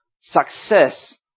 success